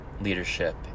leadership